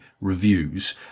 reviews